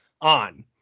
on